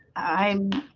i'm